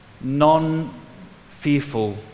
non-fearful